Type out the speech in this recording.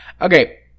Okay